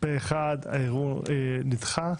פה אחד הערעור נדחה.